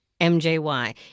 MJY